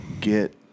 get